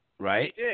Right